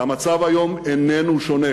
והמצב היום איננו שונה.